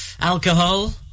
alcohol